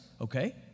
okay